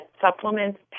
supplements